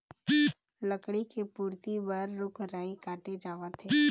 लकड़ी के पूरति बर रूख राई काटे जावत हे